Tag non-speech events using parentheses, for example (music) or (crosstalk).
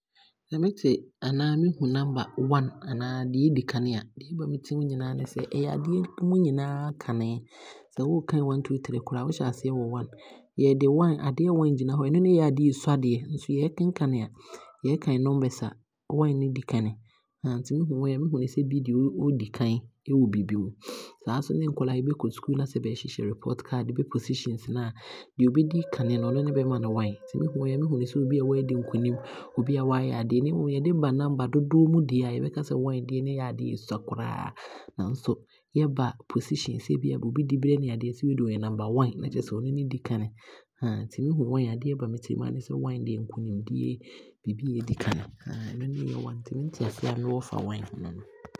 Me te anaa me hu Number 1 a anaa deɛ edikan a, deɛ ɛba me tirim aa ne sɛ ɛyɛ adeɛ mu nyinaa kane, sɛ wookane 1,2,3 koraa a, wohyɛ aseɛ wɔ 1, yɛde 1 gyina hɔ, ɛno ne yɛ adeɛ a ɛsus deɛ nso yɛɛkenkane a ne yɛɛkane numbers a, 1 ne di kane, nti mehunu 1 a, mehunu no sɛ bi deɛ ɔdi kane ɛwɔ biibi mu. (noise) Saa nso ne nkwadaa bɛkɔ Sukuu na sɛ bɛɛhyehyɛ report card bɛ pisitions na, deɛ bɛdi kane no, ɔno ne bɛma no 1. Nti me hunu 1 a mehu no sɛ bi a waadi nkunim, obi a waayɛ adeɛ na mmom yɛde ba mma dodoɔ mu deɛ a, yɛbɛka 1 deɛ ne yɛ adeɛ a ɛsua koraa nso yɛba pisitions sɛ ebiaa obi diberɛ na adeɛ sɛ wei deɛ ɔyɛ number 1, ne kyerɛsɛ ɔno ne ɔdi kane, (hesitation) nti me hu 1 a, adeɛ a ɛba me tirim aa ne sɛ 1 deɛ ɛyɛ nkunimdie, biibi a ɛdi kane, (hesitation) ɛno ne ɛyɛ 1. Nti me nteaseɛ me wɔ fa 1 ho ne no.